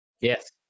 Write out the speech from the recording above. Yes